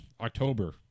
October